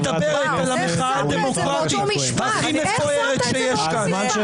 מדברת על המחאה הדמוקרטית הכי מפוארת שיש כאן.